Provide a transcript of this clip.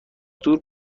دور